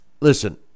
Listen